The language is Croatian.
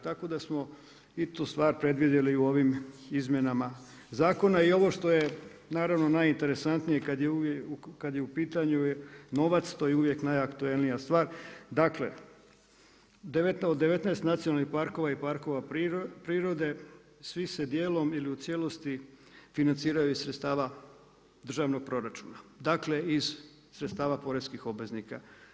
Tako da smo i tu stvar predvidjeli u ovim izmjenama zakona i ovo što je naravno, najinteresantnije kad je u pitanju novac, to je uvijek najaktualnija stvar, dakle, od 19 nacionalnih parkova i parkova prirode, svi se dijelom ili u cijelosti financiraju iz sredstava državnog proračuna, dakle iz sredstava poreznih obveznika.